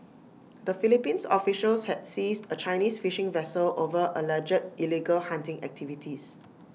the Philippines officials had seized A Chinese fishing vessel over alleged illegal hunting activities